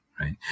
right